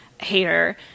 hater